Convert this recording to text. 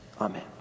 Amen